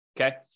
Okay